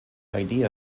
idea